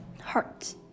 heart